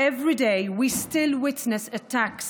הוא הנשק הטוב